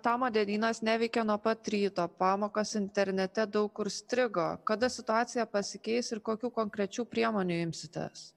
tamo dienynas neveikė nuo pat ryto pamokos internete daug kur strigo kada situacija pasikeis ir kokių konkrečių priemonių imsitės